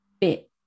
bit